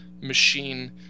machine